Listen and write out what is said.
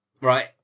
Right